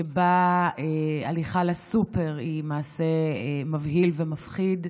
שבו הליכה לסופר היא מעשה מבהיל ומפחיד,